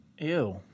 Ew